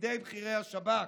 בידי בכירי השב"כ.